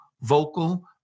Vocal